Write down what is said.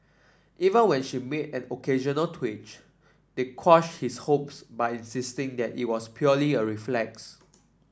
even when she made an occasional twitch they quashed his hopes by insisting that it was purely a reflex